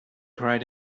cried